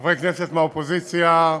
חברי כנסת, מהאופוזיציה,